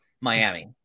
Miami